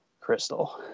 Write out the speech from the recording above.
Crystal